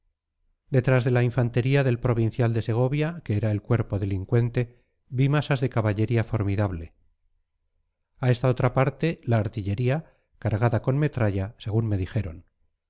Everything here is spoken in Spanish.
detrás de la infantería del provincial de segovia que era el cuerpo delincuente vi masas de caballería formidable a esta otra parte la artillería cargada con metralla según me dijeron